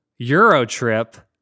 Eurotrip